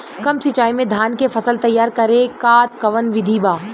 कम सिचाई में धान के फसल तैयार करे क कवन बिधि बा?